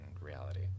reality